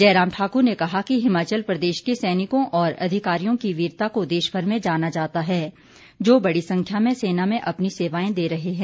जयराम ठाक्र ने कहा कि हिमाचल प्रदेश के सैनिकों और अधिकारियों की वीरता को देशभर में जाना जाता है जो बड़ी संख्या में सेना मे अपनी सेवायें दे रहे हैं